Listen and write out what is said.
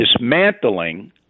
dismantling